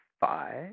five